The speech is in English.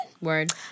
Word